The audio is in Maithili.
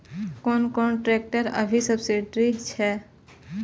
कोन कोन ट्रेक्टर अभी सब्सीडी छै?